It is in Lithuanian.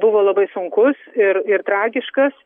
buvo labai sunkus ir ir tragiškas